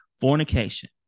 fornication